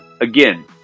Again